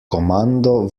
kommando